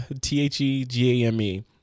T-H-E-G-A-M-E